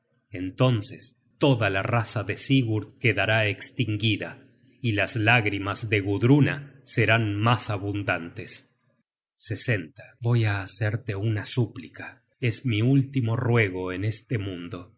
entonces toda la raza de sigurd quedará estinguida y las lágrimas de gudruna serán mas abundantes voy á hacerte una súplica es mi último ruego en este mundo